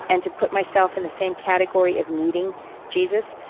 and to put myself in the same category of needing jesus,